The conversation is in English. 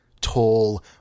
Tall